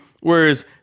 whereas